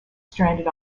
stranded